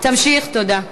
תמשיך, תודה.